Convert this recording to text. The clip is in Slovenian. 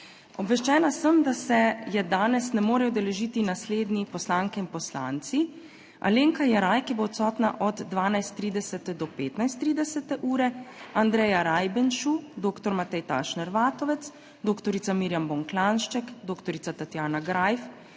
Obveščena sem, da se je danes ne morejo udeležiti naslednji poslanke in poslanci: Alenka Jeraj od 12.30 do 15.30, Andreja Rajbenšu, dr. Matej Tašner Vatovec, dr. Mirjam Bon Klanjšček, dr. Tatjana Greif,